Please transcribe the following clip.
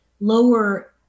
lower